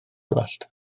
gwallt